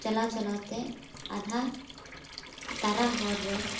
ᱪᱟᱞᱟᱣ ᱪᱟᱞᱣᱛᱮ ᱟᱫᱷᱟ ᱛᱟᱨᱟ ᱦᱚᱨ ᱨᱮ